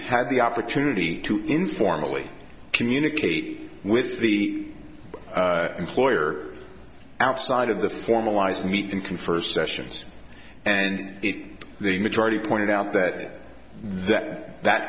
had the opportunity to informally communicate with the employer outside of the formalized meet and confer sessions and it the majority pointed out that that that